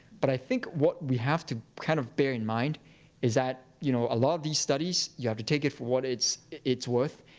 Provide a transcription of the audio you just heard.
but i think what we have to kind of bear in mind is that you know a lot of these studies, you have to take it for what it's it's worth.